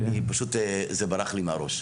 פשוט זה ברח לי מהראש.